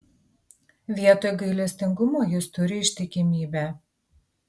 vietoj gailestingumo jis turi ištikimybę